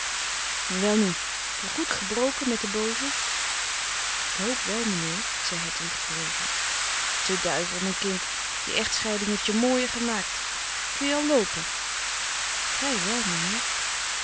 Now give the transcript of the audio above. welnu voor goed gebroken met den booze ik hoop wel mijnheer zei hedwig verlegen te duivel mijn kind die echtscheiding heeft je mooier gemaakt kun je al loopen vrij wel mijnheer